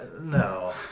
No